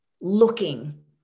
looking